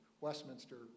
Westminster